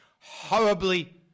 horribly